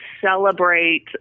celebrate